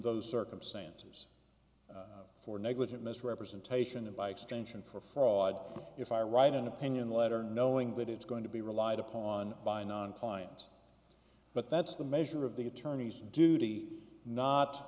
those circumstances for negligent misrepresentation and by extension for fraud if i write an opinion letter knowing that it's going to be relied upon by non clients but that's the measure of the attorney's duty not